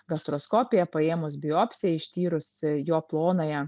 gastroskopiją paėmus biopsiją ištyrus jo plonąją